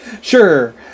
Sure